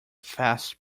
fast